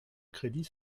crédit